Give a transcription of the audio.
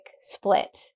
split